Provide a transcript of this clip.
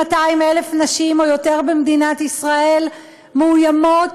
200,000 נשים או יותר במדינת ישראל מאוימות